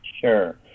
Sure